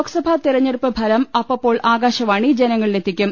ലോക്സഭാ തെരഞ്ഞെടുപ്പ് ഫലം അപ്പപ്പോൾ ആകാശ വാണി ജനങ്ങളിലെത്തിക്കും